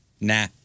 Nah